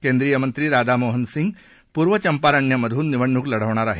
केंद्रीय मंत्री राधामोहन सिंग पूर्व चंपारण्यामधून निवडणूक लढवणार आहेत